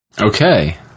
Okay